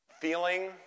feeling